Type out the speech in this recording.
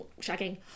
shagging